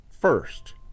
first